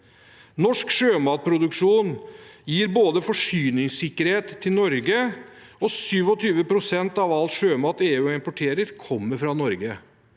Norsk sjømatproduksjon gir forsyningssikkerhet til Norge, og 27 pst. av all sjømat EU importerer, kommer fra Norge.